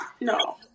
no